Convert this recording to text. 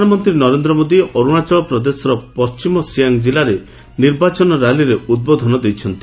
ପ୍ରଧାନମନ୍ତ୍ରୀ ନରେନ୍ଦ୍ର ମୋଦି ଅରୁଣାଚଳ ପ୍ରଦେଶର ପଶ୍ଚିମ ସିଆଙ୍ଗ୍ ଜିଲ୍ଲାରେ ନିର୍ବାଚନ ର୍ୟାଲିରେ ଉଦ୍ବୋଧନ ଦେଇଛନ୍ତି